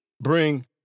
bring